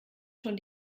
schon